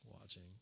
watching